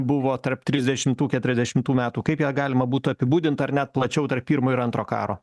buvo tarp trisdešimtų keturiasdešimtų metų kaip ją galima būtų apibūdint ar net plačiau tarp pirmo ir antro karo